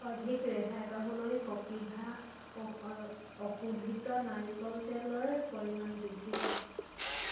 অধিক ৰেহাই পাবলৈ কপিভা অশোধিত নাৰিকল তেলৰ পৰিমাণ বৃদ্ধি কৰা